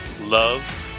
love